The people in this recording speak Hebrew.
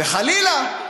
וחלילה.